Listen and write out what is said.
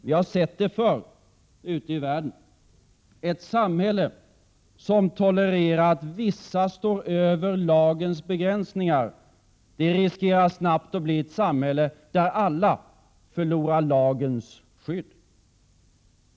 Vi har sett exempel på det förr ute i världen. Ett samhälle som tolererar att vissa står över lagens begränsningar riskerar snabbt att bli ett samhälle där alla förlorar lagens skydd.